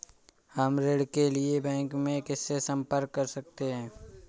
हम ऋण के लिए बैंक में किससे संपर्क कर सकते हैं?